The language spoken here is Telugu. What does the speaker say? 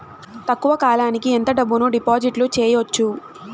తక్కువ కాలానికి ఎంత డబ్బును డిపాజిట్లు చేయొచ్చు?